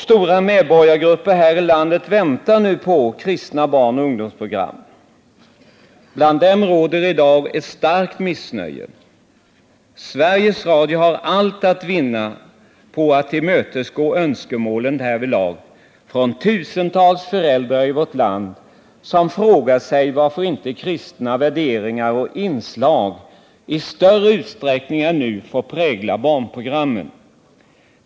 Stora medborgargrupper här i landet väntar nu på kristna barnoch ungdomsprogram. Bland dem råder i dag ett starkt missnöje. Sveriges Radio har allt att vinna på att härvidlag tillmötesgå önskemålen från tusentals föräldrar i vårt land. De frågar sig varför inte kristna värderingar och inslag i större utsträckning än nu får prägla barnprogrammen.